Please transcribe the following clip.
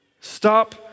Stop